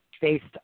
based